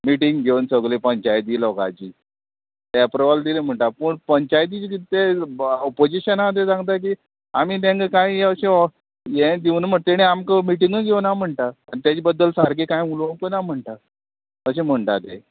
meeting घेवन सगले पंचायती लोकांची तें एप्रुवल दिले म्हणटा पूण पंचायतीचे ऑपोजीशनां ते सांगता की आमी तेंका कांय हे अशें हें दिवन म्हण तेणी आमकां मिटींगूय घेवना म्हणटा आनी तेजे बद्दल सारकें कांय उलोवंक ना म्हणटा अशें म्हणटा ते